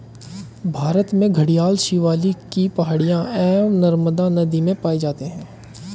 भारत में घड़ियाल शिवालिक की पहाड़ियां एवं नर्मदा नदी में पाए जाते हैं